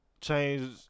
change